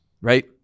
right